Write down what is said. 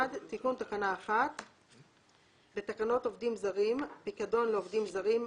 תיקון תקנה 1 1. בתקנות עובדים זרים (פיקדון לעובדים זרים),